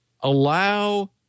allow